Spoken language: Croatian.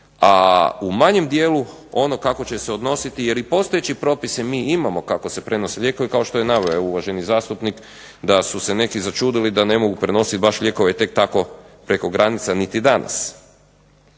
a u manjem dijelu ono kako će se odnositi jer i postojeće propise mi imamo, kako se prenose lijekovi kao što je naveo uvaženi zastupnik da su se neki začudili da ne mogu prenosit baš lijekove tek tako preko granica niti danas.